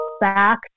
back